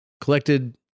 collected